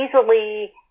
easily